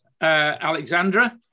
Alexandra